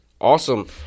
Awesome